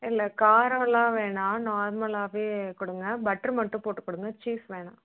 இல்லை காரம்லாம் வேணா நார்மலாகவே கொடுங்க பட்டர் மட்டும் போட்டு கொடுங்க சீஸ் வேணா